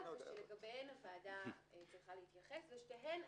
ושלגביהן הוועדה צריכה להתייחס ושתיהן,